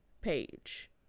page